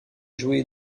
joué